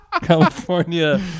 california